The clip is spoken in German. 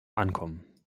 ankommen